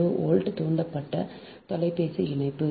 72 volt தூண்டப்பட்ட தொலைபேசி இணைப்பு